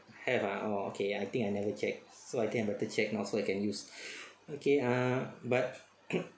have ah orh okay I think I never check so I think I better check now so I can use okay ah but